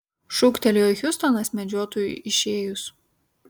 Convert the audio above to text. šūktelėjo hiustonas medžiotojui išėjus